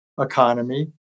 economy